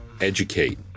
educate